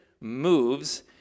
moves